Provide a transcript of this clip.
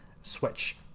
switch